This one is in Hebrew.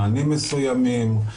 מענים מסוימים,